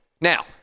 Now